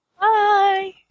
Bye